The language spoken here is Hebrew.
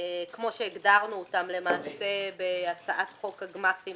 כמו שהגדרנו אותם למעשה בהצעת חוק הגמ"חים